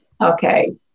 okay